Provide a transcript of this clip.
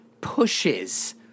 pushes